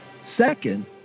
Second